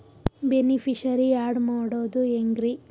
Beneficiary, add ಮಾಡೋದು ಹೆಂಗ್ರಿ?